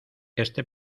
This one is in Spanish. este